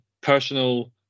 personal